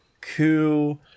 coup